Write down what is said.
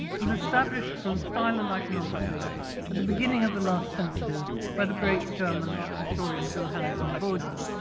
was established from style and iconography at the beginning of the last century by the great german art historian wilhelm von bode. ah